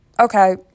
Okay